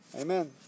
Amen